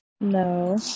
No